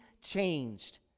changed